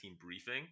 briefing